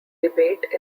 debate